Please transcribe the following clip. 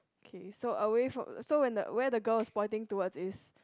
K so away from so when the where the girl's pointing towards is